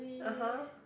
(uh huh)